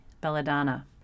belladonna